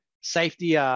safety